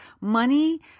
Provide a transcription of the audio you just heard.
money –